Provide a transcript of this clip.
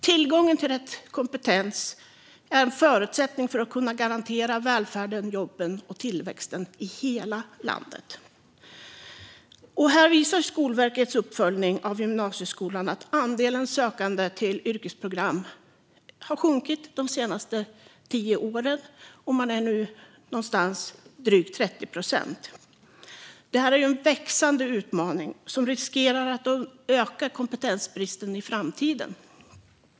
Tillgång till rätt kompetens är en förutsättning för att kunna garantera välfärden, jobben och tillväxten i hela landet. Skolverkets uppföljning av gymnasieskolan visar att andelen sökande till yrkesprogram har sjunkit de senaste tio åren och nu är nere på drygt 30 procent. Det är en växande utmaning som riskerar att öka kompetensbristen i framtiden.